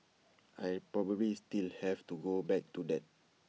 I probably still have to go back to that